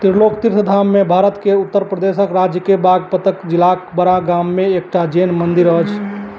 तिरलोक तीर्थ धाममे भारतके उत्तर प्रदेश राज्यके बागपतक जिलाके बड़ा गाममे एकटा जैन मन्दिर अछि